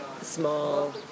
small